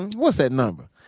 and what's that number?